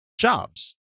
Jobs